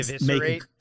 Make